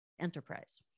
enterprise